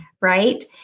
right